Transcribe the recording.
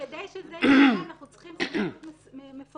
כדי שזה יקרה אנחנו צריכים סמכות מפורשת.